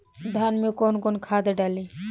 धान में कौन कौनखाद डाली?